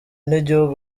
n’igihugu